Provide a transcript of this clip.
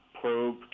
probe